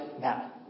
now